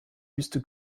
wüste